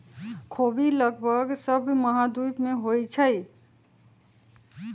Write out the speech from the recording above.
ख़ोबि लगभग सभ महाद्वीप में होइ छइ